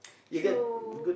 true